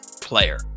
player